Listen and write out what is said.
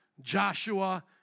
Joshua